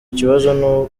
kibazo